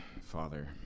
Father